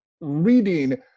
reading